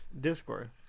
Discord